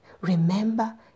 Remember